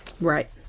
Right